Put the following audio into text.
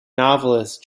novelist